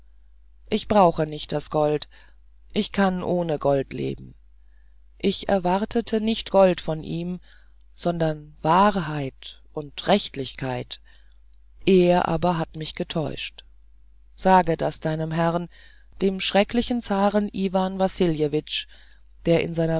ich brauche nicht das gold ich kann ohne gold leben ich erwartete